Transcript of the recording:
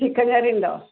chicken curry ഉണ്ടോ